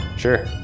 Sure